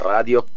Radio